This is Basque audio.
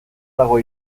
dago